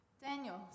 Daniel